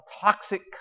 toxic